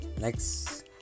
Next